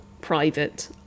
private